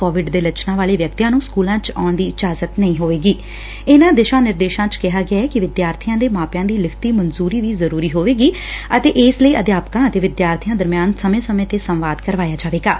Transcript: Covid ਦੇ ਲੱਛਣਾ ਵਾਲੇ ਵਿਅਕਤੀਆ ਨੁੰ ਸਕੁਲਾ ਚ ਆਉਣ ਦੀ ਇਜਾਜ਼ਤ ਨਹੀਂ ਹੋਵੇਗੀ ਇਨਾਂ ਦਿਸ਼ਾ ਨਿਰਦੇਸ਼ਾਂ ਚ ਕਿਹਾ ਗਿਐ ਕਿ ਵਿਦਿਆਰਬੀਆਂ ਦੇ ਮਾਪਿਆਂ ਦੀ ਲਿਖਤੀ ਮਨਜੁਰੀ ਵੀ ਜ਼ਰੁਰੀ ਹੋਵੇਗੀ ਅਤੇ ਇਸ ਲਈ ੱੱਧਿਆਪਕਾਂ ਅਤੇ ਵਿਦਿਆਰਥੀਆਂ ਦਰਮਿਆਨ ਸਮੇਂ ਸਮੇਂ ਤੇ ਸੰਵਾਦ ਕਰਵਾਇਆ ਜਾਵੇਗਾਂ